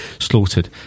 slaughtered